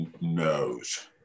knows